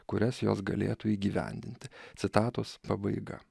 kurias jos galėtų įgyvendinti citatos pabaiga